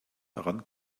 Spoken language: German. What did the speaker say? dran